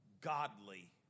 godly